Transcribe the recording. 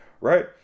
right